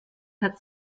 hat